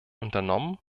unternommen